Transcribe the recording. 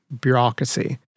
bureaucracy